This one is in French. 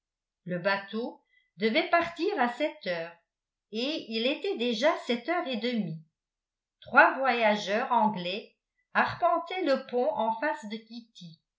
le bateau devait partir à sept heures et il était déjà sept heures et demie trois voyageurs anglais arpentaient le pont en face de kitty